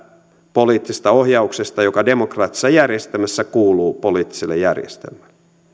poliittisesta ohjauksesta joka demokraattisessa järjestelmässä kuuluu poliittiselle järjestelmälle